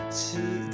see